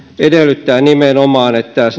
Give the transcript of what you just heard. edellyttää nimenomaan sitä että